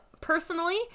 personally